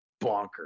bonkers